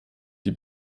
die